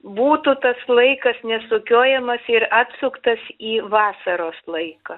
būtų tas laikas nesukiojamas ir atsuktas į vasaros laiką